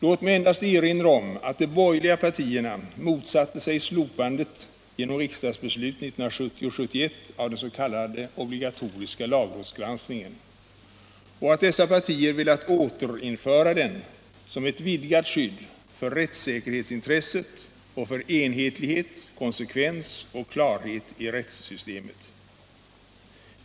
Låt mig endast erinra om att de borgerliga partierna motsatte sig slopandet genom riksdagsbeslut 1970 och 1971 av den s.k. obligatoriska lagrådsgranskningen och att dessa partier velat återinföra den som ett vidgat skydd för rättssäkerhetsintresset och för enhetlighet, konsekvens och klarhet i rättssystemet.